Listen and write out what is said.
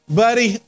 buddy